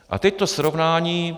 A teď to srovnání.